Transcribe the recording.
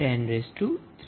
1